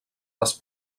les